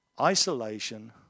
isolation